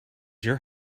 your